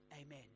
Amen